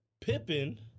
Pippin